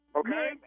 okay